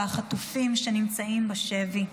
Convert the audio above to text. והחטופים שנמצאים בשבי.